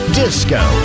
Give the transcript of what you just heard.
disco